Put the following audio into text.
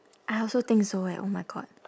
I also think so eh oh my god